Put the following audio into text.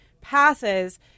passes